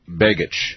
Begich